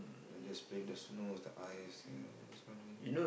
then we just play with the snow the ice this kind of thing